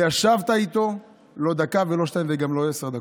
וישבת איתו לא דקה ולא שתיים וגם לא עשר דקות.